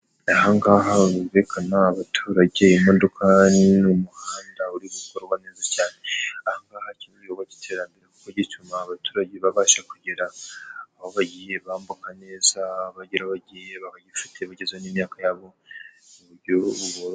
Ahangaha humvikana abaturage, imodoka n'umuhanda uri gukorwa neza cyane, ahangaha hakenewe igikorwa cy'iterambere kuko gituma abaturage babasha kugera aho bagiye bambuka neza bagera bagiye bagifite n'imyaka yabo mu buryo buboroheye.